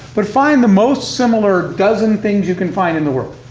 but find the most similar dozen things you can find in the world.